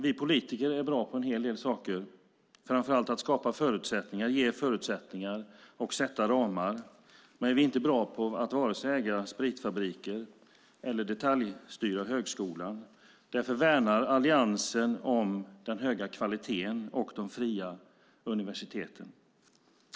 Vi politiker är bra på en hel del saker, framför allt att skapa förutsättningar, ge förutsättningar och sätta ramar. Men vi är inte bra på att vare sig äga spritfabriker eller detaljstyra högskolan. Därför värnar Alliansen om den höga kvaliteten och de fria universiteten.